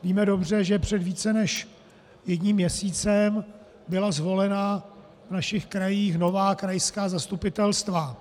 Víme dobře, že před více než jedním měsícem byla zvolena v našich krajích nová krajská zastupitelstva.